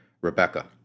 rebecca